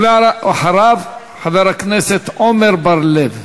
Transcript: ואחריו, חבר הכנסת עמר בר-לב.